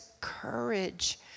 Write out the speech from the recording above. courage